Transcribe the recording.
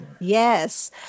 Yes